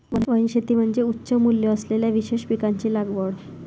वनशेती म्हणजे उच्च मूल्य असलेल्या विशेष पिकांची लागवड